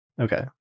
Okay